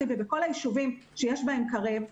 ובכל הישובים שפועלת בהם תוכנית קרב,